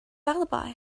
alibi